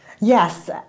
Yes